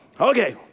Okay